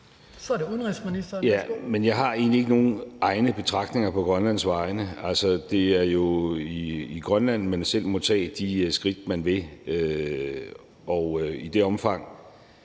Kl. 15:54 Udenrigsministeren (Lars Løkke Rasmussen): Jeg har egentlig ikke nogen egne betragtninger på Grønlands vegne. Altså, det er jo i Grønland, man selv må tage de skridt, man vil, og i det omfang,